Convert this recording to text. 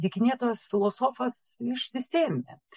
dykinėtojas filosofas išsisėmė